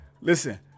listen